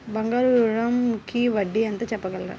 బంగారు ఋణంకి వడ్డీ ఎంతో చెప్పగలరా?